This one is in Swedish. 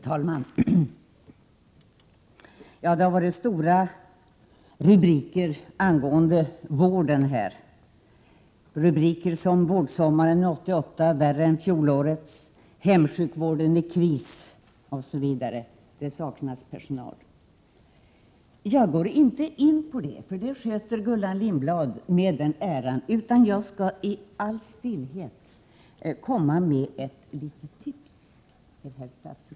Herr talman! Det har varit stora rubriker angående vården: Vården sommaren 1988 värre än fjolårets. Hemsjukvården i kris. Det saknas personal, osv. Jag tänker inte gå in på detta, eftersom Gullan Lindblad gör det med den äran. Jag skall i all stillhet komma med ett litet tips till statsrådet angående Prot. 1987/88:113 personal.